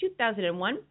2001